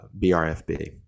BRFB